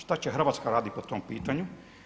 Šta će Hrvatska raditi po tom pitanju?